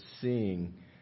seeing